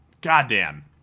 goddamn